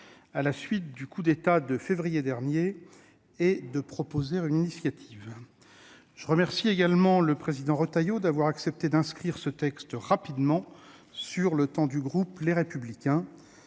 à la suite du coup d'État de février dernier, et de proposer une initiative. Je remercie également le président du groupe Les Républicains, Bruno Retailleau, d'avoir accepté d'inscrire ce texte rapidement sur le temps du groupe Les Républicains.